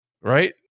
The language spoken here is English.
right